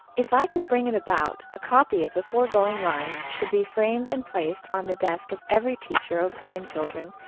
if i could bring it about, a copy of the foregoing lines should be framed and placed on the desk of every teacher of blind children,